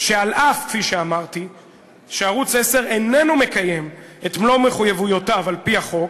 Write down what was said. שאף-על-פי שערוץ 10 איננו מקיים את מלוא מחויבויותיו על-פי החוק,